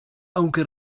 aunque